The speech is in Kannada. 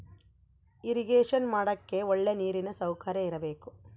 ಇರಿಗೇಷನ ಮಾಡಕ್ಕೆ ಒಳ್ಳೆ ನೀರಿನ ಸೌಕರ್ಯ ಇರಬೇಕು